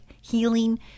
healing